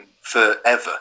forever